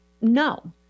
No